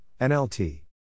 NLT